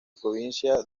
provincia